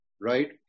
right